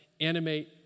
animate